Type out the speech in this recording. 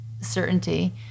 certainty